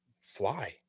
fly